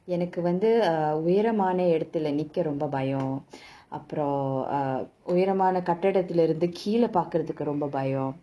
எனக்கு வந்து:enaku vanthu uh உயரமான இடத்துலே நிக்க ரொம்ப பயம் அப்புறம்:uyaramaana idathula nikka romba bayam appuram uh உயரமான கட்டடத்துல இருந்து கீழ பாக்குறதுக்கு ரொம்ப பயோம்:uyaramaana kattadathula irunthu keezha pakurathuku romba bayom